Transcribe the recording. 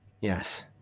Yes